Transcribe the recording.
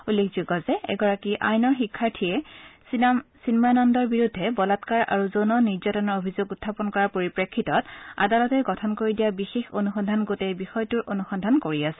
উল্লেখযোগ্য যে এগৰাকী আইনৰ শিক্ষাৰ্থীয়ে চিন্ময়ানন্দৰ বিৰুদ্ধে বলাৎকাৰ আৰু যৌন নিৰ্যাতনৰ অভিযোগ উখাপন কৰাৰ পৰিপ্ৰেক্ষিতত আদালতে গঠন কৰি দিয়া বিশেষ অনুসন্ধান গোটে বিষয়টোৰ অনুসন্ধান কৰি আছে